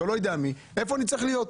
או לא יודע מי איפה אני צריך להיות?